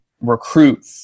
recruit